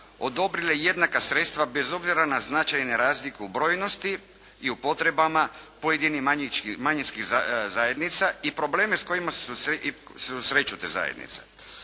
odobrile jednaka sredstva bez obzira na značajne razlike u brojnosti i u potrebama pojedinih manjinskih zajednica i probleme s kojima se susreću te zajednice.